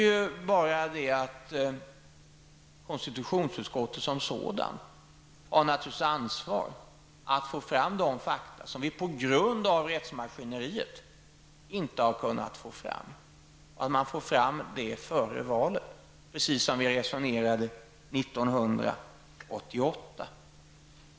Nu har dock konstitutionsutskottet som sådant naturligtvis ansvar att få fram de fakta som vi på grund av rättsmaskineriet inte har kunnat få fram tidigare. Vi bör få fram det före valet, precis som vi resonerade 1988.